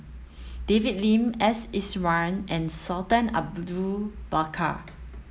David Lim S Iswaran and Sultan Bakar